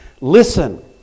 Listen